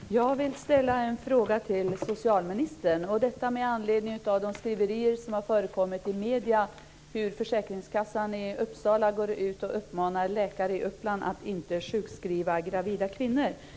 Herr talman! Jag vill ställa en fråga till socialministern, detta med anledning av de skriverier som har förekommit i medierna om att försäkringskassan i Uppsala går ut och uppmanar läkare i Uppland att inte sjukskriva gravida kvinnor.